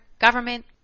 government